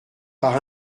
par